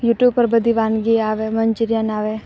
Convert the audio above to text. YouTube પર બધી વાનગી આવે મન્ચુરિયન આવે